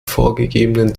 vorgegebenen